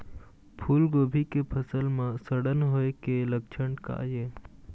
फूलगोभी के फसल म सड़न होय के लक्षण का ये?